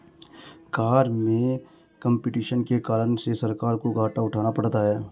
कर में कम्पटीशन के कारण से सरकार को घाटा उठाना पड़ता है